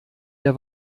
der